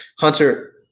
Hunter